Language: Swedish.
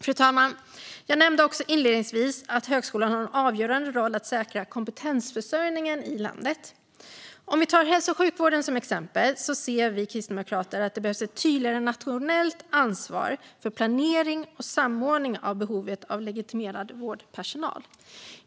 Fru talman! Jag nämnde inledningsvis att högskolan har en avgörande roll i att säkerställa kompetensförsörjningen i landet. Vi kan ta hälso och sjukvården som exempel. Där ser vi i Kristdemokraterna att det behövs ett tydligare nationellt ansvar för planering och samordning av behovet av legitimerad vårdpersonal.